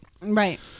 Right